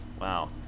wow